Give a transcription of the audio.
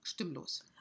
stimmlos